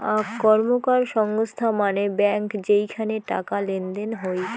আক র্কমকার সংস্থা মানে ব্যাঙ্ক যেইখানে টাকা লেনদেন হই